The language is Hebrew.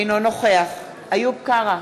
אינו נוכח איוב קרא,